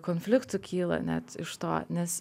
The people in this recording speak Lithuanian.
konfliktų kyla net iš to nes